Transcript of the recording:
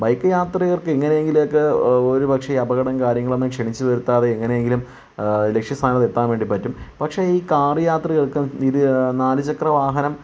bike യാത്രികർക്ക് എങ്ങനെയെങ്കിലും ഒക്കെ ഒരു പക്ഷെ അപകടങ്ങളും കാര്യങ്ങളും ക്ഷണിച്ചു വരുത്താതെ എങ്ങനെയെങ്കിലും ലക്ഷ്യ സ്ഥാനത്ത് എത്താൻ വേണ്ടി പറ്റും പക്ഷേ ഈ കാർ യാത്രികർക്കും ഈ നാല് ചക്ര വാഹനം